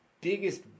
biggest